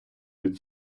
від